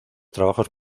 trabajos